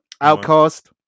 outcast